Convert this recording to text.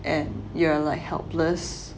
and you're like helpless